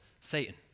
Satan